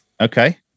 okay